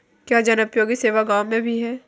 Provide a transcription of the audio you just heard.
क्या जनोपयोगी सेवा गाँव में भी है?